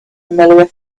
familiar